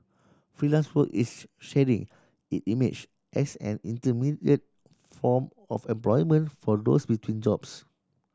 Freelance Work is shedding it image as an intermediate form of employment for those between jobs